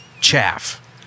chaff